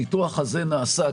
הניתוח הזה נעשה?